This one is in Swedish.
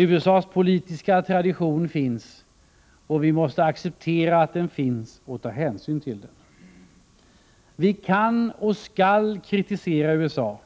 USA:s politiska tradition finns, och vi måste acceptera att den finns och ta hänsyn till den. Vi kan och skall kritisera USA,